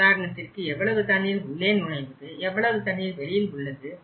உதாரணத்திற்கு எவ்வளவு தண்ணீர் உள்ளே நுழைந்தது எவ்வளவு தண்ணீர் வெளியில் உள்ளது